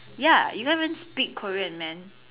ya you don't even speak Korean man